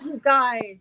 guys